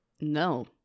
No